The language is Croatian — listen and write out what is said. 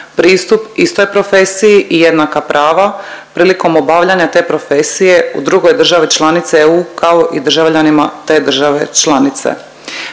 pristup istoj profesiji i jednaka prava prilikom obavljanja te profesije u drugoj državi članice EU kao i državljanima te države članice.